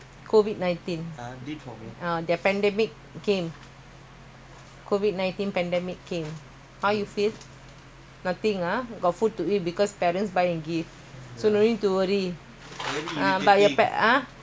nothing ah got food to eat because parents buy and give so don't need to worry but ah if you never wear mask nothing you never make